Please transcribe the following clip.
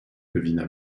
devina